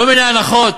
כל מיני הנחות